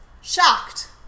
shocked